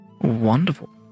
Wonderful